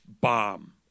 bomb